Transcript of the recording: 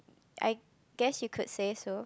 I guess you could say so